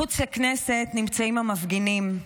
מחוץ לכנסת נמצאים המפגינים.